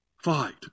Fight